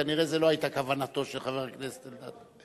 כנראה זו לא היתה כוונתו של חבר הכנסת אלדד.